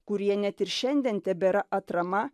kurie net ir šiandien tebėra atrama